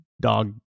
dog